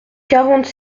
quarante